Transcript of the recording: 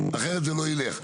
אחרת זה לא ילך.